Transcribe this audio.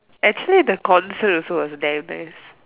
actually the concert also was damn nice